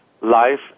life